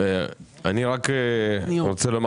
אני רוצה לומר